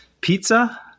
pizza